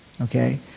okay